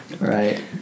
Right